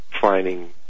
finding